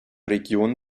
region